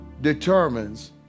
determines